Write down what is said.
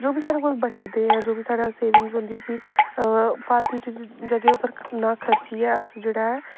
जो बी साढ़े कोल बचदे ऐ जो बी साढ़े सेविंग्स होंदी उसी फालतू चीजां जेह्दे उप्पर ना खर्चियै अस जेह्ड़ा ऐ